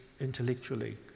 intellectually